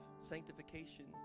sanctification